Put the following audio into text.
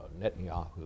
Netanyahu